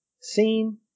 scene